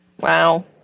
Wow